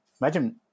Imagine